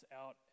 out